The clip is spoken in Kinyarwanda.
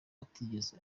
atigeze